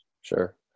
Sure